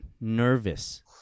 nervous